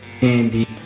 Andy